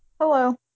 Hello